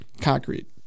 concrete